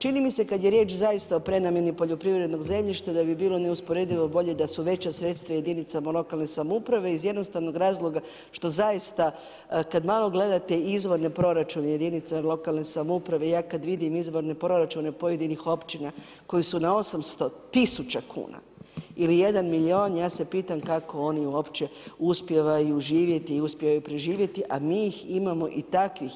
Čini mi se kad je riječ zaista o prenamjeni poljoprivrednog zemljišta da bi bilo neusporedivo bolje da su veća sredstva jedinicama lokalne samouprave iz jednostavnog razloga što zaista, kad malo gledate izvorne proračune jedinica lokalne samouprave, ja kad vidim izvorne proračune pojedinih općina koje su na 800 tisuća kuna ili 1 milijun, ja se pitam kako oni uopće uspijevaju živjet i uspijevaju preživjet, a mi ih imamo i takvih.